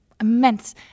immense